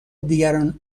دیگران